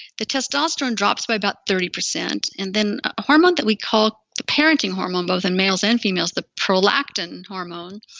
the testosterone drops by about thirty percent. and then a hormone that we call male the parenting hormone both in males and females, the prolactin hormone